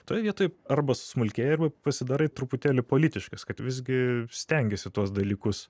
toj vietoj arba susmulkėji arba pasidarai truputėlį politiškas kad visgi stengiesi tuos dalykus